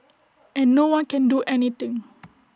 and no one can do anything